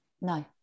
No